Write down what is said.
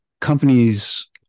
Companies